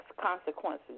consequences